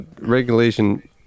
Regulation